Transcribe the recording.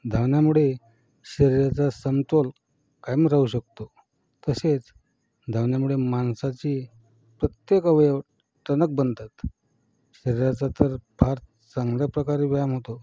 धावण्यामुळे शरीराचा समतोल कायम राहू शकतो तसेच धावण्यामुळे माणसाचे प्रत्येक अवयव टणक बनतात शरीराचा तर फार चांगल्या प्रकारे व्यायाम होतो